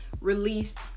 released